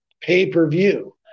pay-per-view